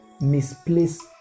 misplace